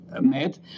made